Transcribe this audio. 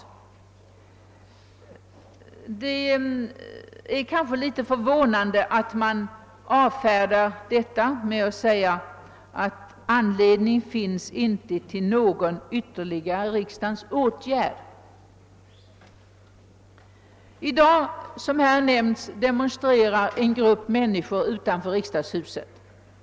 Det är litet förvånande att utskottet avfärdar detta med att säga, att det inte finns anledning till någon ytterligare riksdagens åtgärd. Som här har nämnts demonstrerar i dag en grupp utanför riksdagshuset.